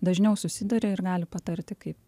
dažniau susiduria ir gali patarti kaip